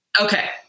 Okay